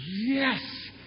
Yes